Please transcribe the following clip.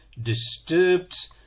disturbed